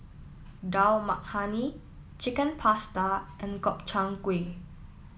Dal Makhani Chicken Pasta and Gobchang Gui